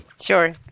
Sure